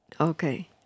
okay